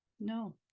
No